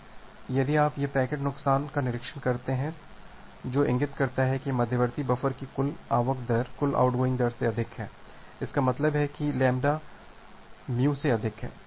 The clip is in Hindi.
अब यदि आप यहां पैकेट नुकसान का निरीक्षण करते हैं जो इंगित करता है कि मध्यवर्ती बफर की कुल आवक दर कुल आउटगोइंग दर से अधिक है इसका मतलब है कि λ μ से अधिक है